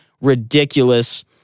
ridiculous